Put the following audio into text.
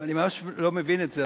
אני ממש לא מבין את זה,